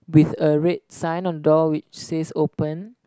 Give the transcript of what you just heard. with a red sign on door which says open